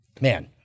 Man